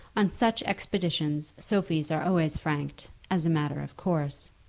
on such expeditions sophies are always franked as a matter of course.